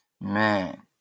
Man